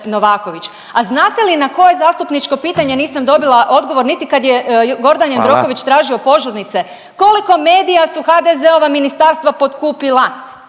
A znate li na koje zastupničko pitanje nisam dobila odgovor niti kad je Gordan Jandroković …/Upadica Radin: Hvala./… tražio požurnice. Koliko medija su HDZ-ova ministarstva potkupila.